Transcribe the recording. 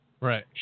Right